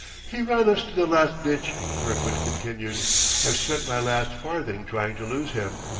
he ran us to the last ditch, kirkwood continued i've spent my last farthing trying to lose him.